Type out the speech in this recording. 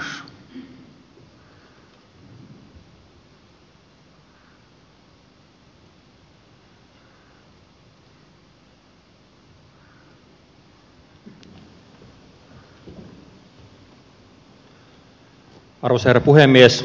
arvoisa herra puhemies